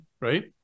right